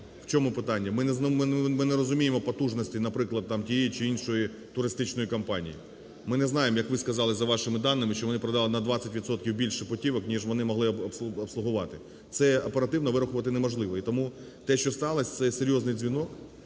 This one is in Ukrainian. В чому питання: ми не розуміємо потужностей, наприклад, тієї чи іншої туристичної компанії, ми не знаємо, як ви сказали, за вашими даними, що вони продали на 20 відсотків більше путівок, ніж вони могли обслугувати. Це оперативно вирахувати неможливо. І тому те, що сталося, - це серйозний дзвінок